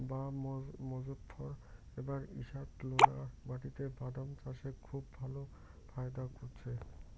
বাঃ মোজফ্ফর এবার ঈষৎলোনা মাটিতে বাদাম চাষে খুব ভালো ফায়দা করেছে